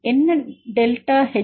என்ன delta H